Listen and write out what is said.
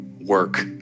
work